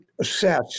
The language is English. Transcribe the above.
assess